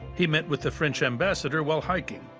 he met with the french ambassador while hiking.